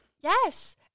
Yes